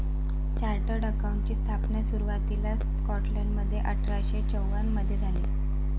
chartered अकाउंटंटची स्थापना सुरुवातीला स्कॉटलंडमध्ये अठरा शे चौवन मधे झाली